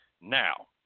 Now